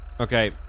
Okay